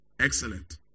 Excellent